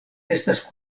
estas